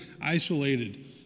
isolated